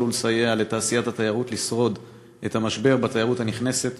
ולסייע לתעשיית התיירות לשרוד את המשבר בתיירות הנכנסת,